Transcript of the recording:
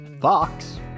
fox